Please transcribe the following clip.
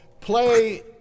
play